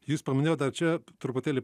jūs paminėjot ar čia truputėlį